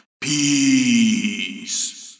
Peace